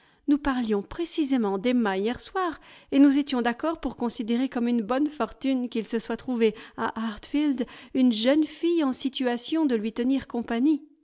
nous parlions précisément d'emma hier soir et nous étions d'accord pour considérer comme une bonne fortune qu'il se soit trouvé à hartfield une jeune fille en situation de lui tenir compagnie